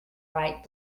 right